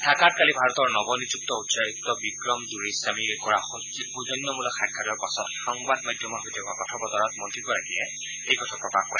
ঢ়াকাত কালি ভাৰতৰ নৱ নিযুক্ত উচ্চায়ুক্ত বিক্ৰম দুৰেইস্বামীয়ে কৰা সৌজন্যমূলক সাক্ষাতৰ পাছত সংবাদ মাধ্যমৰ সৈতে হোৱা কথা বতৰাত মন্ত্ৰীগৰাকীয়ে এই কথা প্ৰকাশ কৰে